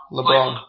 LeBron